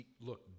look